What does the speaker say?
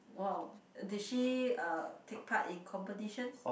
wow did she uh take part in competitions